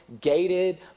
gated